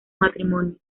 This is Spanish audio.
matrimonios